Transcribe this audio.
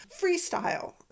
freestyle